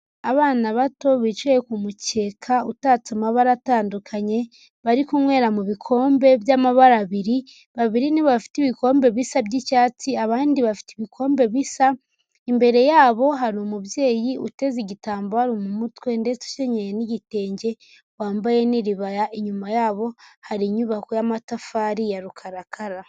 Abana bato bicaye ku mukeka utatse amabara atandukanye, bari kunywera mu bikombe by'amabara abiri, babiri nibo bafite ibikombe bisa by'icyatsi, abandi bafite ibikombe bisa, imbere yabo hari umubyeyi uteze igitambaro mu mutwe ndetse ukenyeye n'igitenge, wambaye n'iribaya, inyuma yabo hari inyubako y'amatafari ya rukarakara.